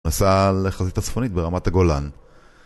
נסע לחזית הצפונית ברמת הגולן